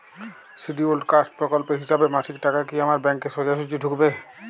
Scheduled caste প্রকল্পের হিসেবে মাসিক টাকা কি আমার ব্যাংকে সোজাসুজি ঢুকবে?